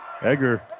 Egger